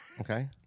Okay